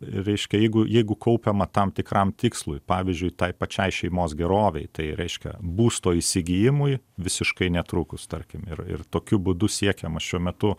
reiškia jeigu jeigu kaupiama tam tikram tikslui pavyzdžiui tai pačiai šeimos gerovei tai reiškia būsto įsigijimui visiškai netrukus tarkim ir ir tokiu būdu siekiama šiuo metu